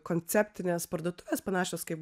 konceptinės parduotuves panašios kaip